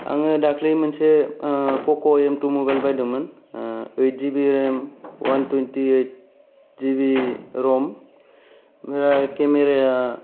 आङो दाखालि मोनसे पक' एम टु मबाइल बायदोंमोन ओइद जिबि रेम वान टुवेन्टि ओइद रम ओमफ्राय केमेराया